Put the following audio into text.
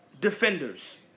defenders